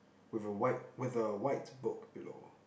with a white with a white book below